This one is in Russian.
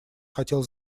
хотел